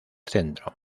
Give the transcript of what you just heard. centro